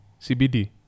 CBD